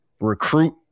recruit